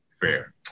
fair